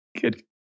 Good